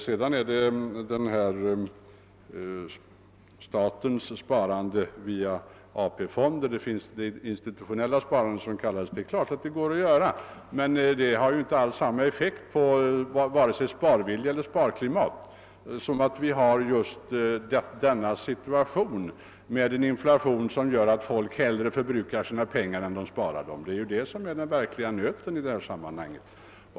Sedan har vi statens sparande via AP-fonder — det institutionella sparandet. Detta är naturligtvis möjligt men det har inte alls samma effekt på vare sig sparvilja eller sparklimat. Dessutom har vi inflationen, vilken gör att folk hellre förbrukar sina pengar än sparar dem. Detta är den verkliga nöten i sammanhanget.